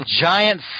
giant